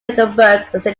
mecklenburg